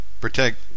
Protect